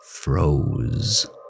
froze